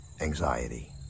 anxiety